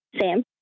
Sam